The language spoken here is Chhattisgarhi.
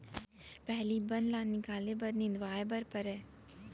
पहिली बन ल निकाले बर निंदवाए बर परय